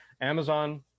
amazon